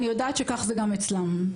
אני יודעת שכך זה גם אצלם.